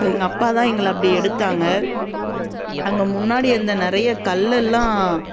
அப்போ எங்கள் அப்பா தான் எங்களை அப்படி எடுத்தாங்க அங்கே முன்னாடி அந்த நிறைய கல்லெல்லாம்